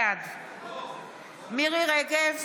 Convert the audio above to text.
בעד מירי מרים רגב,